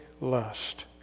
lust